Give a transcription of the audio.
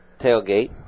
tailgate